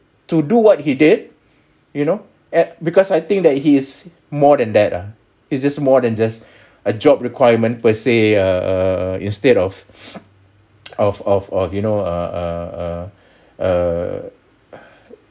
to do what he did you know at because I think that he's more than that ah he's just more than just a job requirement per se or instead of of of of you know err err